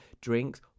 drinks